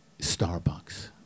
Starbucks